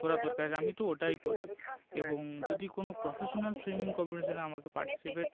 করা দরকার আছে আমি তো ওটাই করি এবং যদি কোনো প্রফেশনাল সুইমিং কম্পিটিশনে আমাকে পাটিসিপেট